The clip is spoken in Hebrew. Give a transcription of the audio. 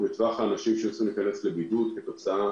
וטווח האנשים שהיו צריכים להיכנס לבידוד כתוצאה